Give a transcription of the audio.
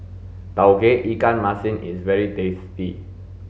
tauge ikan masin is very tasty